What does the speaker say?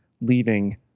leaving